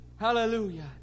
Hallelujah